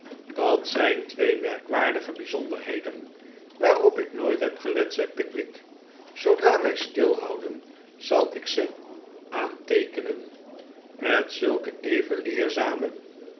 dat zijn twee merkwaardige bijzonderheden waarop ik nooit heb gelet zei pickwick zoodra wij stilhouden zal ik ze aanteekenen met zulke even